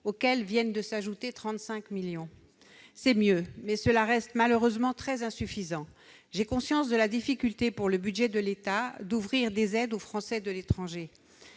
auxquels viennent de s'ajouter 35 millions d'euros. C'est mieux, mais cela reste malheureusement très insuffisant ! J'ai conscience de la difficulté d'ouvrir, sur le budget de l'État, des aides aux Français de l'étranger,